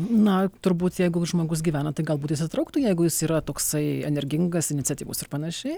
na turbūt jeigu žmogus gyvena tai galbūt įsitrauktų jeigu jis yra toksai energingas iniciatyvus ir panašiai